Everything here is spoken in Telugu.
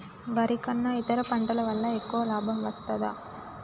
వరి కన్నా ఇతర పంటల వల్ల ఎక్కువ లాభం వస్తదా?